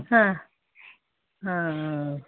ಹಾಂ ಹಾಂ ಹಾಂ